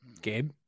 Gabe